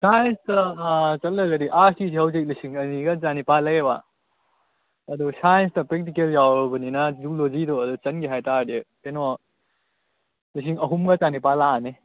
ꯁꯥꯟꯁꯇ ꯆꯠꯂꯒꯗꯤ ꯑꯥꯔꯠꯁꯀꯤꯁꯦ ꯍꯧꯖꯤꯛ ꯂꯤꯁꯤꯡ ꯑꯅꯤꯒ ꯆꯅꯤꯄꯥꯟ ꯂꯩꯌꯦꯕ ꯑꯗꯨ ꯁꯥꯟꯁꯅ ꯄ꯭ꯔꯦꯛꯇꯤꯀꯦꯜ ꯌꯥꯎꯔꯕꯅꯤꯅ ꯖꯨꯂꯣꯖꯤꯗ ꯑꯣꯏꯅ ꯆꯟꯒꯦ ꯍꯥꯏ ꯇꯥꯔꯒꯗꯤ ꯀꯩꯅꯣ ꯂꯤꯁꯤꯡ ꯑꯍꯨꯝꯒ ꯆꯅꯤꯄꯥꯟ ꯂꯥꯛꯑꯅꯤ